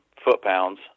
foot-pounds